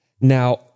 Now